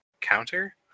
counter